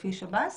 לפי שב"ס.